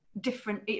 different